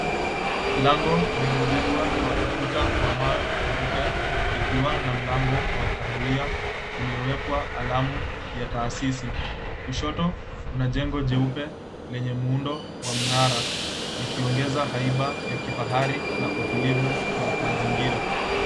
Lango limejengwa kwa ukuta kwa mawe meupe likiwa na mlango wa kahawia uliowekwa alamu ya taasisi. Kushoto kuna jengo jeupe lenye muundo wa mnara likiongeza haiba ya kifahari na utulivu wa mazingira.